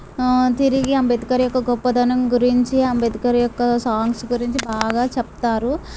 తిరిగి అంబేద్కర్ యొక్క గొప్పతనం గురించి అంబేద్కర్ యొక్క సాంగ్స్ గురించి బాగా చెప్తారు